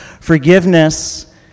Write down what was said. Forgiveness